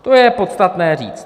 To je podstatné říct.